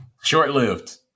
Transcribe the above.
short-lived